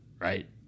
Right